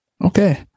Okay